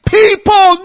people